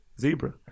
zebra